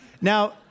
Now